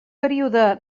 període